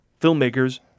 filmmakers